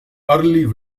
early